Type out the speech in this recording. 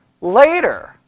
later